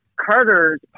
Carter's